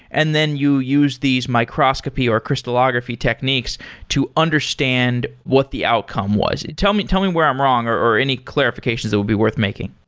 and then you use these microscopy or crystallography techniques to understand what the outcome was. tell me tell me where i'm wrong or or any clarifications that would be worth making.